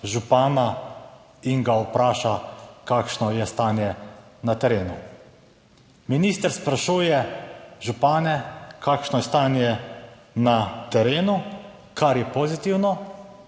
župana in ga vpraša kakšno je stanje na terenu. Minister sprašuje župane kakšno je stanje na terenu, kar je pozitivno.